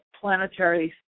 planetary